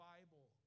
Bible